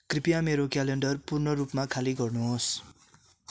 कृपया मेरो क्यालेन्डर पूर्ण रूपमा खाली गर्नु होस्